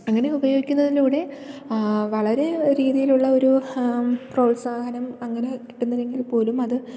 അങ്ങനെ ഉപയോഗിക്കുന്നതിലൂടെ വളരെ രീതിയിലുള്ള ഒരു പ്രോത്സാഹനം അങ്ങനെ കിട്ടുന്നില്ലെങ്കിൽ പോലും അത്